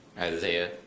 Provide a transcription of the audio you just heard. Isaiah